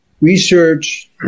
research